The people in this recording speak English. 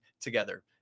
together